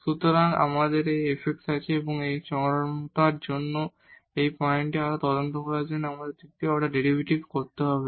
সুতরাং আমাদের এই fx আছে এবং এক্সট্রিমার জন্য এই পয়েন্টগুলি আরও তদন্ত করার জন্য আমাদের দ্বিতীয় অর্ডার ডেরিভেটিভ করতে হবে